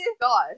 God